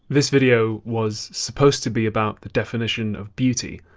this video was supposed to be about the definition of beauty,